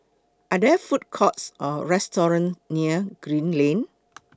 Are There Food Courts Or restaurants near Green Lane